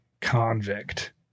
convict